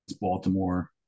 Baltimore